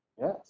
Yes